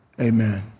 amen